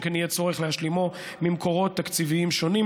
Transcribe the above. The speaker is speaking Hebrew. שכן יהיה צורך להשלימו ממקורות תקציבים שונים.